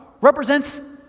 represents